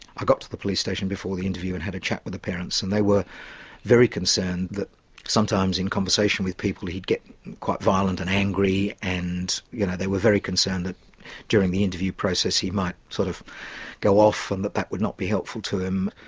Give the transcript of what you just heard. i got to the police station before the interview and had a chat with the parents and they were very concerned that sometimes in conversation with people he'd get quite violent and angry, and you know they were very concerned that during the interview process he might sort of go off and that that would not be helpful to him.